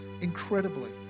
incredibly